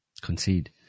concede